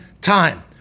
time